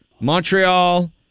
Montreal